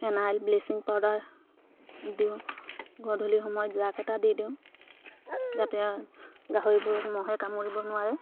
phenyl bleaching powder দিওঁ গধূলি সময়ত জাক এটা দি দিওঁ যাতে গাহৰিবোৰক মহে কামুৰিব নোৱাৰে